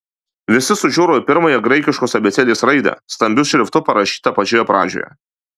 visi sužiuro į pirmąją graikiškos abėcėlės raidę stambiu šriftu parašytą pačioje pradžioje